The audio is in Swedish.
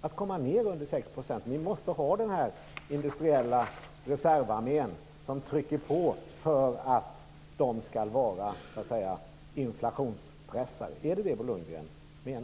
att komma ned under 6 %? Ni måste ha den industriella reservarmén som trycker på och är inflationspressare. Är det vad Bo Lundgren menar?